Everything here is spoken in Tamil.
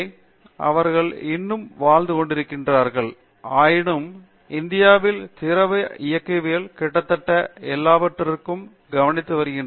பேராசிரியர் அரிந்தமா சிங் எனவே அவர்கள் இன்னமும் வாழ்ந்து கொண்டிருக்கிறார்கள் ஆயினும் இந்தியாவில் திரவ இயக்கவியல் கிட்டத்தட்ட எல்லாவற்றையும் கவனித்து வருகிறது